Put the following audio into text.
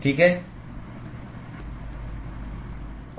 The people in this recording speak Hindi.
ठीक है